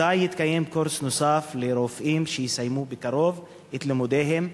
מתי יתקיים קורס נוסף לרופאים שיסיימו בקרוב את לימודיהם,